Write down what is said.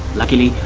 luckily,